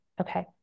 Okay